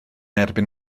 erbyn